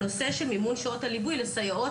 הנושא של מימון שעות הליווי לסייעות